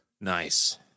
Nice